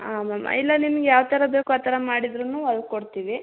ಹಾಂ ಮ್ಯಾಮ್ ಇಲ್ಲ ನಿಮಗೆ ಯಾವ ಥರ ಬೇಕು ಆ ಥರ ಮಾಡಿದ್ರು ಹೊಲ್ಕೊಡ್ತೀವಿ